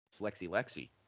Flexi-Lexi